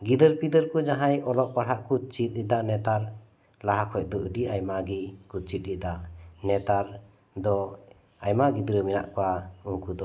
ᱜᱤᱫᱟᱹᱨ ᱯᱤᱫᱟᱹᱨ ᱠᱚ ᱡᱟᱦᱟᱭ ᱚᱞᱚᱜ ᱯᱟᱲᱦᱟᱜ ᱠᱚ ᱪᱮᱫ ᱮᱫᱟ ᱱᱮᱛᱟᱨ ᱞᱟᱦᱟ ᱠᱷᱚᱡ ᱫᱚ ᱟᱹᱰᱤ ᱟᱭᱢᱟ ᱠᱚ ᱪᱮᱫ ᱮᱫᱟ ᱱᱮᱛᱟᱨ ᱫᱚ ᱟᱭᱢᱟ ᱜᱤᱫᱽᱨᱟᱹ ᱢᱮᱱᱟᱜ ᱠᱚᱣᱟ ᱩᱱᱠᱩ ᱫᱚ